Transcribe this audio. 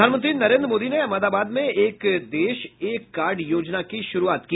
प्रधानमंत्री नरेन्द्र मोदी ने अहमदाबाद में एक देश एक कार्ड योजना की शुरूआत की